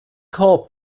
korb